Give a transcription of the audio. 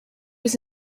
was